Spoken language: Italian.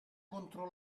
contro